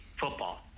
football